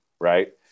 right